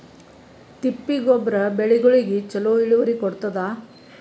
ತಿಪ್ಪಿ ಗೊಬ್ಬರ ಬೆಳಿಗೋಳಿಗಿ ಚಲೋ ಇಳುವರಿ ಕೊಡತಾದ?